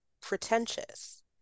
pretentious